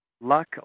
luck